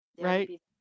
Right